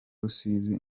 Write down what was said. rusizi